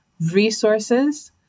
resources